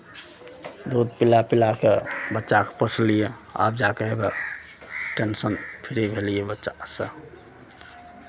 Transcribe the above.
दूध पिला पिला कऽ बच्चाकेँ पोसलियै आब जा कऽ टेंशन फ्री भेलियै बच्चासँ